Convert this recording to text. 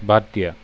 বাদ দিয়া